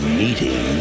meeting